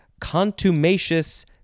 contumacious